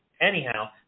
Anyhow